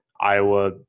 Iowa